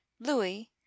Louis